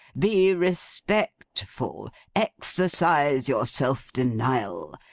be respectful, exercise your self-denial,